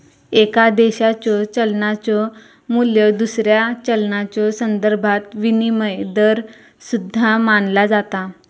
एका देशाच्यो चलनाचो मू्ल्य दुसऱ्या चलनाच्यो संदर्भात विनिमय दर सुद्धा मानला जाता